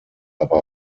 aber